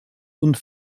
und